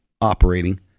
operating